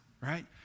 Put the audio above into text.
right